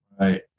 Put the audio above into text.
Right